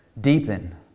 deepen